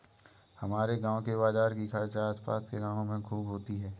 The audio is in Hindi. हमारे गांव के बाजार की चर्चा आस पास के गावों में खूब होती हैं